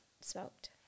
smoked